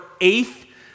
eighth